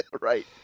Right